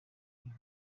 inka